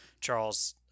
charles